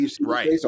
Right